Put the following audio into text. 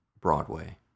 broadway